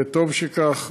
וטוב שכך,